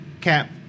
Cap